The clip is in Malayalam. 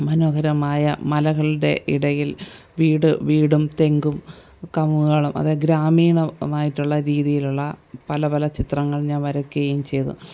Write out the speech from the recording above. മനോഹരമായ മലകളുടെ ഇടയിൽ വീട് വീടും തെങ്ങും കമുകുകളും അത് ഗ്രാമീണമായിട്ടുള്ള രീതിയിലുള്ള പല പല ചിത്രങ്ങൾ ഞാൻ വരയ്ക്കുകയും ചെയ്തു